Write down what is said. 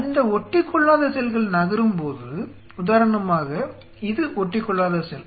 அந்த ஒட்டிக்கொள்ளாத செல்கள் நகரும்போது உதாரணமாக இது ஒட்டிக்கொள்ளாத செல்